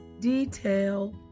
detail